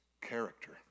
character